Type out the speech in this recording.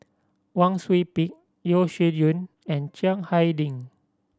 Wang Sui Pick Yeo Shih Yun and Chiang Hai Ding